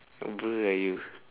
apa lah you